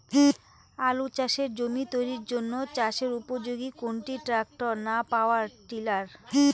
আলু চাষের জমি তৈরির জন্য চাষের উপযোগী কোনটি ট্রাক্টর না পাওয়ার টিলার?